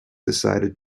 decided